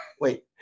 Wait